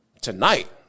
tonight